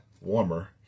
warmer